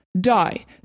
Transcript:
die